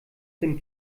dem